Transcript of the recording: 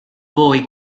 voi